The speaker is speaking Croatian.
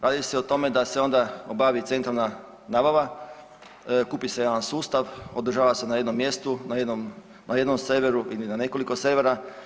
Radi se o tome da se onda obavi centralna nabava, kupi se jedan sustav, održava se na jednom mjestu, na jednom serveru ili na nekoliko servera.